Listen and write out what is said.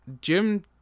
Jim